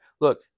Look